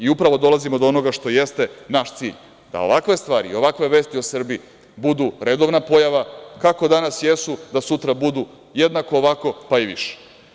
Upravo dolazimo do onoga što jeste naš cilj, da ovakve stvari i ovakve vesti o Srbiji budu redovna pojava, kako danas jesu, da sutra budu jednako ovako, pa i više.